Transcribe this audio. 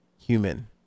human